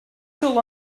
pool